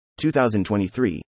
2023